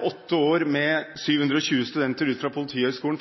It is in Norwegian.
åtte år, komme 720 studenter ut fra Politihøyskolen.